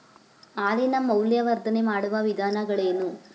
ಹಾಲಿನ ಮೌಲ್ಯವರ್ಧನೆ ಮಾಡುವ ವಿಧಾನಗಳೇನು?